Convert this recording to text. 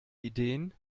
ideen